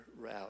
route